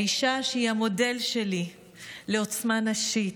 האישה שהיא המודל שלי לעוצמה נשית,